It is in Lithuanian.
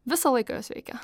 visą laiką jos veikia